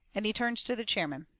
and he turns to the chairman.